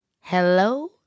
Hello